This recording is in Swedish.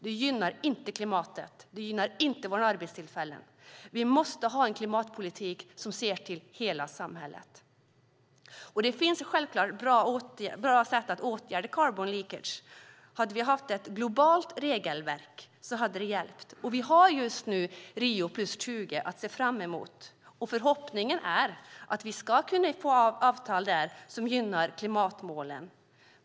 Det gynnar inte klimatet, och det gynnar inte våra arbetstillfällen. Vi måste ha en klimatpolitik som ser till hela samhället. Det finns självklart ett bra sätt att åtgärda carbon leakage. Hade vi haft ett globalt regelverk hade det hjälpt. Vi har just nu Rio + 20 att se fram emot. Förhoppningen är att vi ska kunna få avtal där som gynnar klimatmålen.